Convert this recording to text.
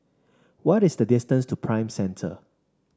what is the distance to Prime Centre